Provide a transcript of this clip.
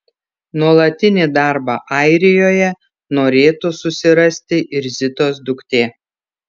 nuolatinį darbą airijoje norėtų susirasti ir zitos duktė